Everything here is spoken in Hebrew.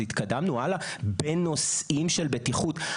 אז התקדמנו הלאה בנושאים של בטיחות?